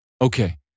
Okay